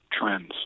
trends